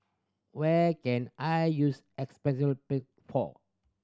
where can I use